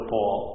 Paul